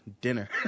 dinner